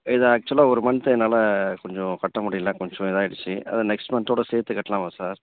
இது ஆக்ச்சுவலாக ஒரு மன்த் என்னால் கொஞ்சம் கட்ட முடியலை கொஞ்சம் இதாயிருச்சு அதை நெக்ஸ்ட் மன்த்தோடய சேர்த்து கட்டலாமா சார்